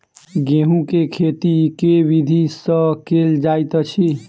गेंहूँ केँ खेती केँ विधि सँ केल जाइत अछि?